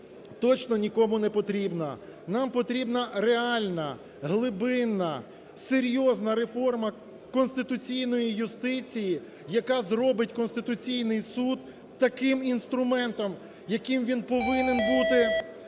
точно нікому не потрібна. Нам потрібна реальна, глибинна, серйозна реформа конституційної юстиції, яка зробить Конституційний Суд таким інструментом, яким він повинен бути